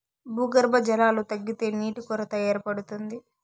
భూగర్భ జలాలు తగ్గితే నీటి కొరత ఏర్పడుతుంది